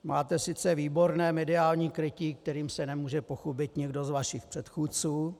Máte sice výborné mediální krytí, kterým se nemůže pochlubit nikdo z vašich předchůdců.